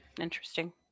Interesting